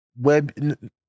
Web